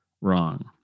wrong